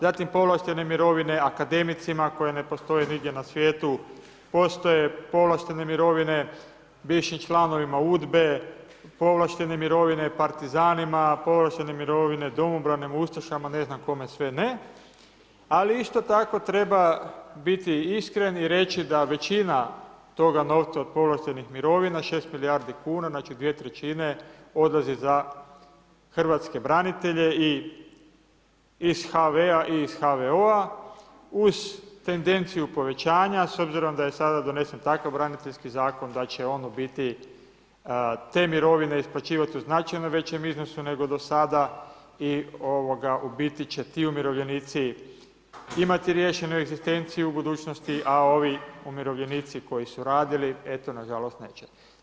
Zatim povlaštene mirovine akademicima koje ne postoje nigdje na svijetu, postoje povlaštene mirovine bivšim članovima UDBA-e, povlaštene mirovine partizanima, povlaštene mirovine domobranima, ustašama, ne znam kome sve ne, ali isto tako treba biti iskren i reći da većina toga novca od povlaštenih mirovina, 6 milijardi kuna, znači 2/3 odlazi za hrvatske branitelje i iz HV-a i iz HVO-a uz tendenciju povećanja, s obzirom da je sada donesen takav braniteljski zakon da će ono biti te mirovine isplaćivati u značajno većem iznosu nego do sada i u biti će ti umirovljenici imati riješenu egzistenciju u budućnosti, a ovi umirovljenici koji su radili, eto na žalost neće.